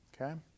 okay